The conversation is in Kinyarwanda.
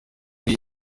muri